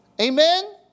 Amen